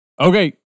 Okay